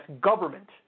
government